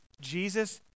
Jesus